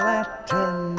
Latin